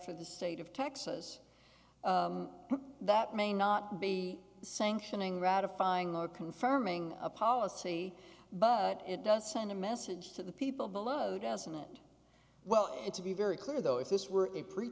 for the state of texas that may not be sanctioning ratifying or confirming a policy but it does send a message to the people below doesn't it well it to be very clear though if this were a pre